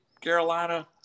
Carolina